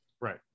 Right